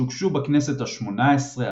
שהוגשו בכנסת ה-18,